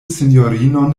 sinjorinon